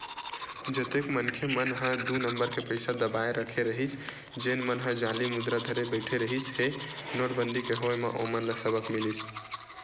जतेक मनखे मन ह दू नंबर के पइसा दबाए रखे रहिस जेन मन ह जाली मुद्रा धरे बइठे रिहिस हे नोटबंदी के होय म ओमन ल सबक मिलिस